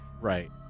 Right